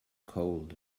cold